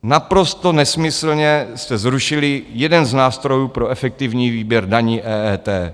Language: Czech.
Naprosto nesmyslně jste zrušili jeden z nástrojů pro efektivní výběr daní, EET.